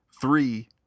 Three